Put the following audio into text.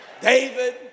David